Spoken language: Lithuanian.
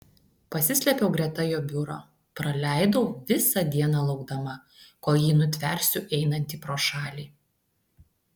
pasislėpiau greta jo biuro praleidau visą dieną laukdama kol jį nutversiu einantį pro šalį